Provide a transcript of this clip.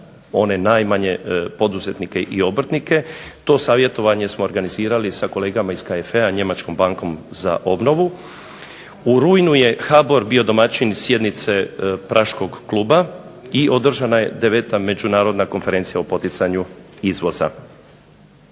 one najmanje poduzetnike i obrtnike. To savjetovanje smo organizirali sa kolegama iz KFE-a, njemačkom bankom za obnovu. U rujnu je HBOR bio domaćin sjednice praškog kluba i održana je 9. međunarodna konferencija o poticanju izvoza.